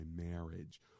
marriage